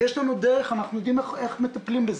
יש להם דרך והם יודעים איך לטפל בזה.